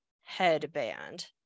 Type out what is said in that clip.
headband